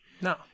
No